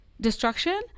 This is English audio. destruction